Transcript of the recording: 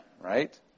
right